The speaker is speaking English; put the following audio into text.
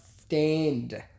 stand